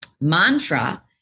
Mantra